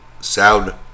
Sound